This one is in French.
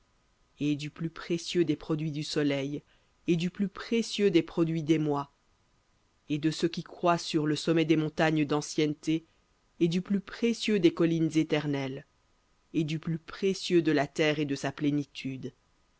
et du plus précieux des produits du soleil et du plus précieux des produits des mois et de le sommet des montagnes d'ancienneté et du plus précieux des collines éternelles et du plus précieux de la terre et de sa plénitude